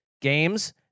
games